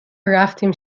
رفتیم